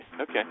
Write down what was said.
okay